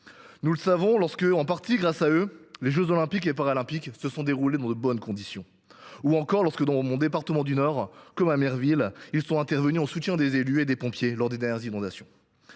Nous le savons, lorsque, en partie grâce à eux, les jeux Olympiques et Paralympiques se déroulent dans de bonnes conditions. Nous le savons encore, lorsque, dans le département du Nord, à Merville, ils sont intervenus en soutien des élus et des pompiers lors des dernières inondations.